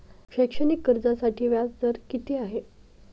शैक्षणिक कर्जासाठी व्याज दर किती आहे?